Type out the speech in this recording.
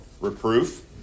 Reproof